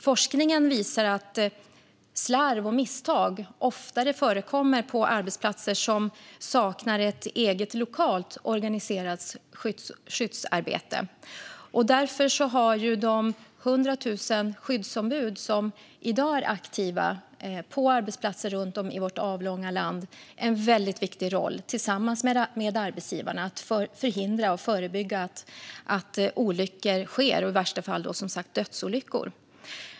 Forskningen visar att slarv och misstag oftare förekommer på arbetsplatser som saknar ett eget lokalt organiserat skyddsarbete. Därför har de 100 000 skyddsombud som i dag är aktiva på arbetsplatser runt om i vårt land en väldigt viktig roll tillsammans med arbetsgivarna när det gäller att förhindra och förebygga att olyckor, i värsta fall dödsolyckor, sker.